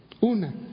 Una